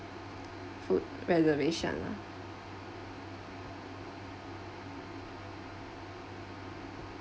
food reservation